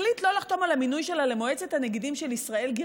הוא החליט לא לחתום על המינוי שלה למועצת הנגידים של ישראל-גרמניה,